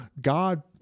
God